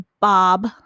Bob